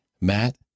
Matt